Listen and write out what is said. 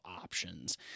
options